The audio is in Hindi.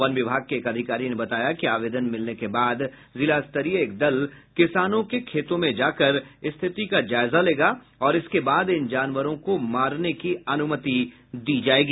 वन विभाग के एक अधिकारी ने बताया कि आवेदन मिलने के बाद जिला स्तरीय एक दल किसानों के खेतों में जाकर स्थिति का जायजा लेगी और इसके बाद इन जानवरों को मारने की अनुमति दी जायेगी